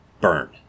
Burn